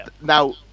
Now